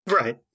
Right